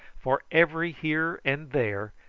for every here and there,